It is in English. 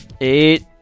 Eight